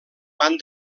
van